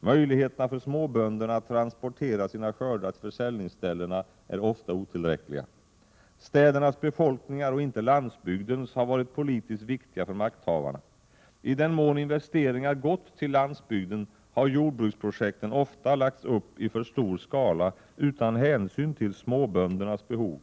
Möjligheterna för småbönderna att transportera sina skördar till försäljningsställena är ofta otillräckliga. Städernas befolkningar och inte landsbygdens har varit politiskt viktiga för makthavarna. I den mån investeringar gått till landsbygden har jordbruksprojekten ofta lagts upp för stor skala utan hänsyn till småböndernas behov.